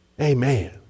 Amen